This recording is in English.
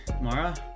Mara